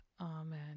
Amen